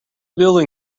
building